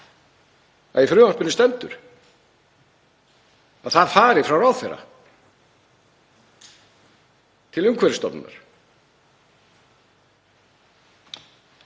að í frumvarpinu stendur að það fari frá ráðherra til Umhverfisstofnunar.